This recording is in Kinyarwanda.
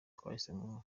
twahisemo